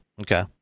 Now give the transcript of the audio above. Okay